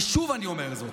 ושוב אני אומר זאת,